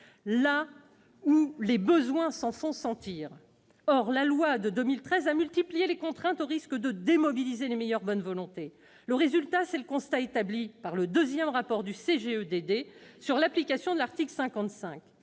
là où les besoins s'en font sentir. Or la loi de 2013 a multiplié les contraintes, au risque de démobiliser les meilleures bonnes volontés. Eh oui ! Le résultat, c'est le constat établi par le deuxième rapport du CGEDD sur l'application de l'article 55.